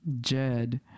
Jed